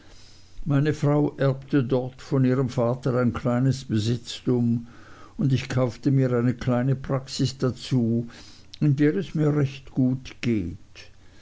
meine frau erbte dort von ihrem vater ein kleines besitztum und ich kaufte mir eine kleine praxis dazu in der es mir recht gut geht